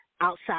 outside